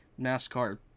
NASCAR